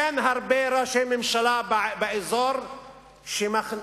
אין הרבה ראשי ממשלה באזור שמחזיקים